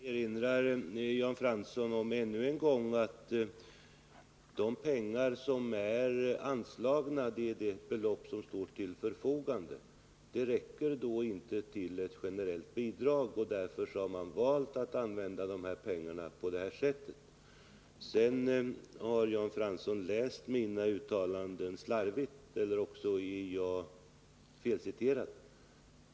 Fru talman! Jag erinrar ännu en gång Jan Fransson om att det belopp som står till förfogande är de pengar som är anslagna. De räcker inte till ett generellt bidrag, och därför har man valt att använda dem på det här sättet. Jan Fransson har läst mina uttalanden slarvigt eller också har jag blivit felciterad.